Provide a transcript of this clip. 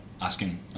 asking